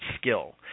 skill